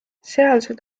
sealsed